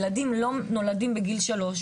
ילדים לא נולדים בגיל שלוש,